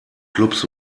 clubs